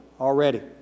already